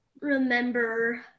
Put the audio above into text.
remember